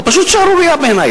זו פשוט שערורייה בעיני.